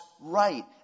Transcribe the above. right